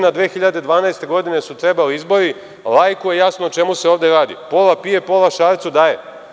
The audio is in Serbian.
Godine 2012. su trebali izbori, laiku je jasno o čemu se ovde radi, pola pije, pola šarcu daje.